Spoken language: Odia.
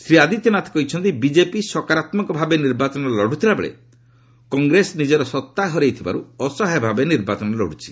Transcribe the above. ଶ୍ରୀ ଆଦିତ୍ୟନାଥ କହିଛନ୍ତି ବିଜେପି ସକାରାତ୍ମକ ଭାବେ ନିର୍ବାଚନ ଲଢ଼ୁଥିବା ବେଳେ କଂଗ୍ରେସ ନିଜର ସତ୍ତା ହରାଇଥିବାରୁ ଅସହାୟ ଭାବେ ନିର୍ବାଚନ ଲଢୁଛି